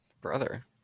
Brother